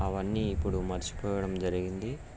అవన్నీ ఇప్పుడు మర్చిపోవడం జరిగింది